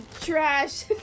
trash